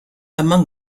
among